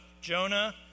Jonah